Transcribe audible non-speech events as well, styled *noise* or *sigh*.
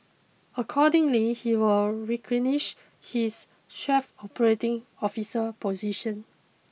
accordingly he will *unintelligible* relinquish his chief operating officer position